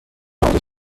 آموزش